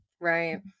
Right